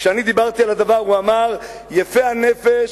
כשאני דיברתי על הדבר הוא אמר: יפי הנפש,